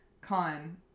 con